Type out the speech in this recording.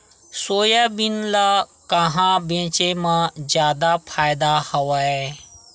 Soybean ल कहां बेचे म जादा फ़ायदा हवय?